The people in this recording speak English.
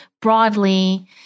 broadly